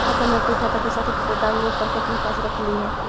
अपन एफ.डी खाता के सर्टिफिकेट डाउनलोड करके अपने पास रख लिहें